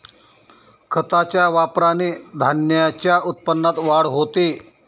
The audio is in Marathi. खताच्या वापराने धान्याच्या उत्पन्नात वाढ होते